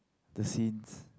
the scene